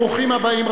ברוכים הבאים,